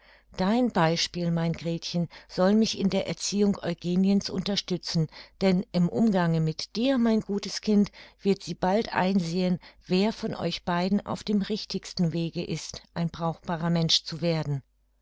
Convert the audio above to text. dein beispiel mein gretchen soll mich in der erziehung eugeniens unterstützen denn im umgange mit dir mein gutes kind wird sie bald einsehen wer von euch beiden auf dem richtigsten wege ist ein brauchbarer mensch zu werden